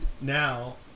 Now